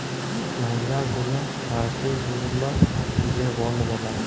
ম্যালা গুলা পার্টি গুলা যে বন্ড বেলায়